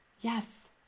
Yes